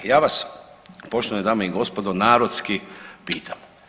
Ja vas poštovane dame i gospodo narodski pitam.